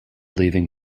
leaving